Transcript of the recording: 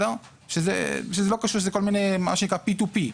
זה כל מיני מה שנקרא P2P,